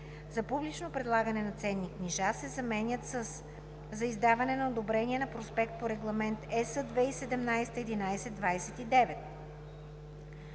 за публично предлагане на ценни книжа“ се заменят със „За издаване на одобрение на проспект по Регламент (ЕС) 2017/1129“;